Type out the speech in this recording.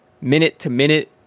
minute-to-minute